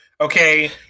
Okay